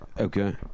Okay